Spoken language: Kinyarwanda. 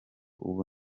ubu